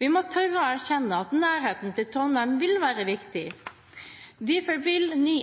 Vi må tørre å erkjenne at nærheten til Trondheim vil være viktig. Derfor vil ny